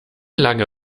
lange